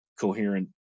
coherent